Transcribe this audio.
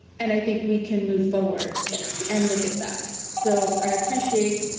and i think we can move forward and look at that. so i appreciate,